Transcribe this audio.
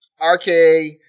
RKA